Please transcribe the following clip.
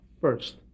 First